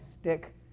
stick